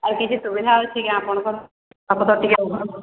ଆଉ କିଛି ସୁବିଧା ଅଛି କି ଆପଣଙ୍କର